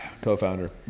Co-founder